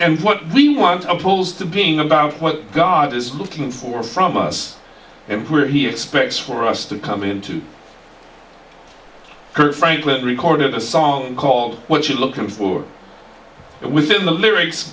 and what we want opposed to being about what god is looking for from us and where he expects for us to come into kirk franklin recorded a song called what you are looking for within the lyrics